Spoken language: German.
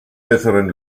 besseren